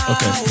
Okay